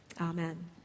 Amen